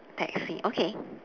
taxi okay